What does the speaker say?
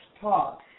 talk